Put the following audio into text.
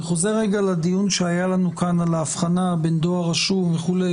אני חוזר רגע לדיון שהיה לנו כאן על ההבחנה בין דואר רשום וכולי,